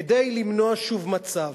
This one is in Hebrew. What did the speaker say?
כדי למנוע שוב מצב,